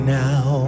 now